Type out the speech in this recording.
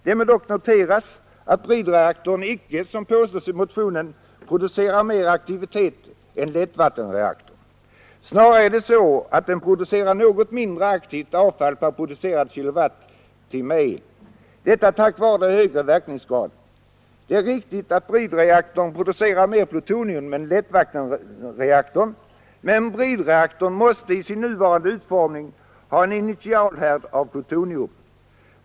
Det må dock noteras att bridreaktorn icke, som påstås i motionen, producerar mer aktivitet än lättvattenreaktorn. Snarare är det så att den producerar något mindre aktivt avfall per producerad kilowattimme elektricitet, detta tack vare högre verkningsgrad. Det är riktigt att bridreaktorn producerar mer plutonium än lättvattenreaktorn, men bridreaktorn måste i sin nuvarande utformning ha en initialhärd av plutonium.